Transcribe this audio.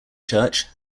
church